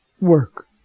work